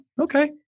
okay